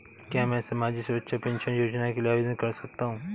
क्या मैं सामाजिक सुरक्षा पेंशन योजना के लिए आवेदन कर सकता हूँ?